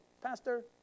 Pastor